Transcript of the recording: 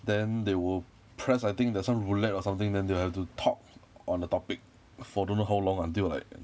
then they will press I think there's some roulette or something then they will have to talk on the topic for don't know how long until like